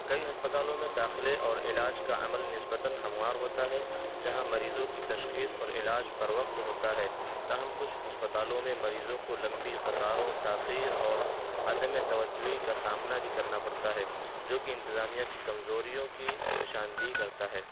کئی ہسپتالوں میں داخلے اور علاج کا عمل نسبتاً ہموار ہوتا ہے جہاں مریضوں کی تشخیص اور علاج بر وقت ہوتا ہے تاہم کچھ ہسپتالوں میں مریضوں کو لمبی قطاروں تاخیر اور عدم توجہی کا سامنا بھی کرنا پڑتا ہے جو کہ انتظامیہ کی کمزوریوں کی نشاندہی کرتا ہے